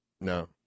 No